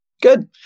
Good